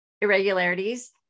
irregularities